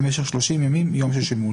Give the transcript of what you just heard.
במשך שלושים ימים מיום ששולמו,